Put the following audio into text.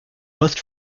most